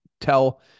Tell